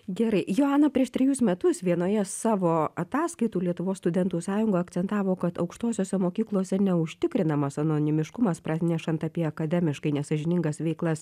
gerai joana prieš trejus metus vienoje savo ataskaitų lietuvos studentų sąjunga akcentavo kad aukštosiose mokyklose neužtikrinamas anonimiškumas pranešant apie akademiškai nesąžiningas veiklas